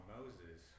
Moses